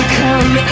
come